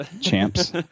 champs